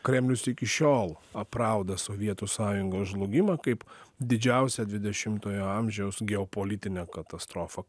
kremlius iki šiol aprauda sovietų sąjungos žlugimą kaip didžiausią dvidešimtojo amžiaus geopolitinę katastrofą